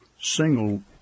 single